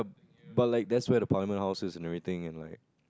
but like that's where the parliament house is and everything and like